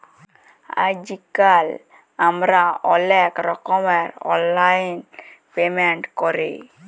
আইজকাল আমরা অলেক রকমের অললাইল পেমেল্ট ক্যরি